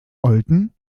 olten